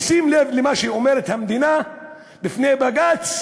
ושים לב למה שאומרת המדינה בפני בג"ץ